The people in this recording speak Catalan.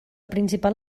principal